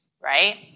right